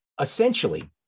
Essentially